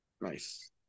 Nice